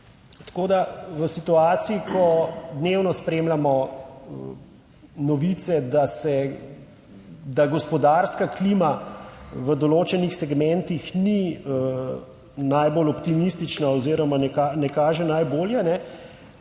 Tako da v situaciji, ko dnevno spremljamo novice, da se da gospodarska klima v določenih segmentih ni najbolj optimistična oziroma ne kaže najbolje,